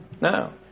No